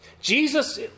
Jesus